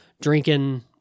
drinking